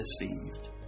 deceived